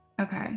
Okay